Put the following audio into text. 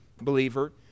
believer